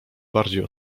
bardziej